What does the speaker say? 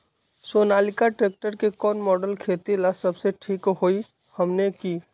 Sonalika tractor के कौन model खेती ला सबसे ठीक होई हमने की?